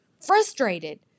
frustrated